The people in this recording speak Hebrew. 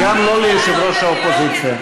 גם לא ליושב-ראש האופוזיציה.